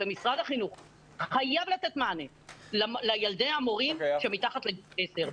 ומשרד החינוך חייב לתת מענה לילדי המורים שהם מתחת לגיל עשר.